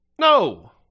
No